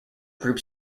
group